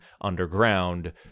underground